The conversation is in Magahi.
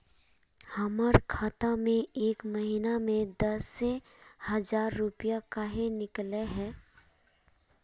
हमर खाता में एक महीना में दसे हजार रुपया काहे निकले है?